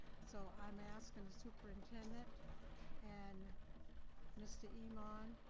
so i'm asking the superintendent and mr. imon,